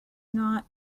not